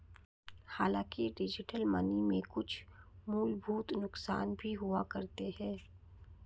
हांलाकि digital money के कुछ मूलभूत नुकसान भी हुआ करते हैं